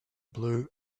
blue